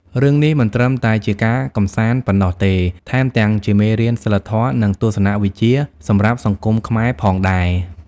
រឿងនេះមិនត្រឹមតែជាការកម្សាន្តប៉ុណ្ណោះទេ ថែមទាំងជាមេរៀនសីលធម៌ នឹងទស្សនវិជ្ជាសម្រាប់សង្គមខ្មែរផងដែរ ។